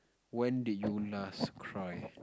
when did you last cry